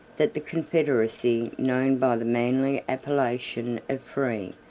that the confederacy known by the manly appellation of free,